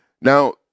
Now